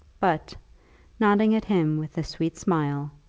but nodding at him with a sweet smile,